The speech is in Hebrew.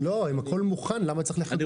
אם הכול מוכן, למה צריך לחכות?